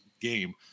game